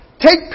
take